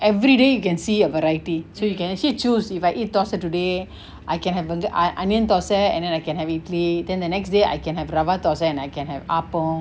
everyday you can see a variety so you can actually choose if I eat thosai today I can have the err onion thosai and then I can have with it then the next day I can have rawa thosai and I can have appam